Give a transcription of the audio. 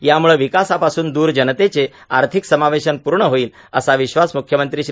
यामुळं विकासापासून दूर जनतेचे आर्थिक समावेशन पूर्ण होईल असा विश्वास मुख्यमंत्री श्री